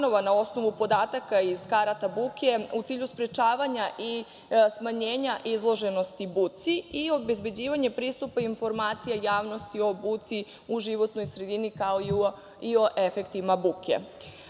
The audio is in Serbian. na osnovu podataka iz karata buke u cilju sprečavanja i smanjenja izloženosti buci i obezbeđivanje pristupa informacija javnosti o buci u životnoj sredini, kao i o efektima buke. Buka